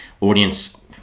Audience